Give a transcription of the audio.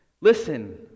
Listen